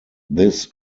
this